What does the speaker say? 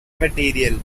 material